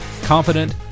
confident